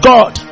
God